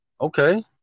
Okay